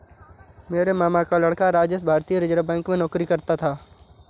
मेरे मामा का लड़का राजेश भारतीय रिजर्व बैंक में नौकरी करता है